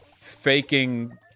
faking